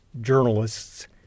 journalists